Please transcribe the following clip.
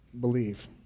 believe